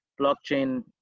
blockchain